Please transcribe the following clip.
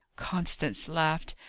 constance laughed.